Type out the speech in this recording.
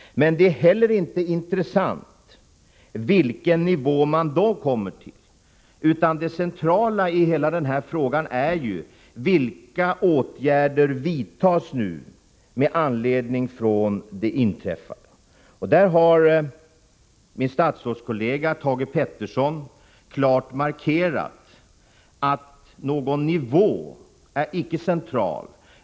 Det är inte heller intressant vilken nivå man då hamnar på. Det centrala i hela denna fråga är vilka åtgärder som vidtas med anledning av det inträffade. Min statsrådskollega Thage Peterson har klart markerat att det inte är betydelsefullt med någon viss nivå i det fallet.